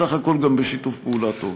בסך הכול גם בשיתוף פעולה טוב.